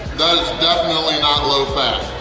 definitely not low fat!